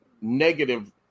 negative